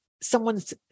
someone's